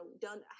done